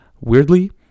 weirdly